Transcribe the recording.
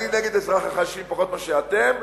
אני נגד אזרחים, פחות מאשר אתם?